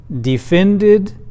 defended